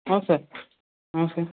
ହଁ ସାର୍ ହଁ ସାର୍